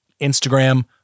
Instagram